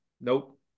nope